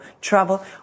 travel